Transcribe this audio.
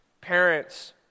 parents